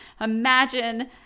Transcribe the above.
Imagine